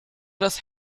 des